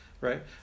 right